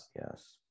yes